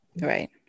Right